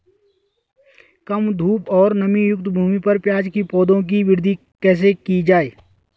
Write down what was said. कम धूप और नमीयुक्त भूमि पर प्याज़ के पौधों की वृद्धि कैसे की जाए?